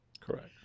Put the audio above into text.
Correct